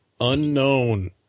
Unknown